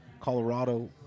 Colorado